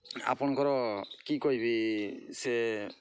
ଆପଣଙ୍କର କି କହିବି ସେ